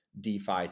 DeFi